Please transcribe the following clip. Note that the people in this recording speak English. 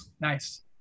Nice